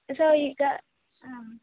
so ಈಗ ಹಾಂ